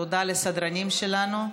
תודה לסדרנים שלנו.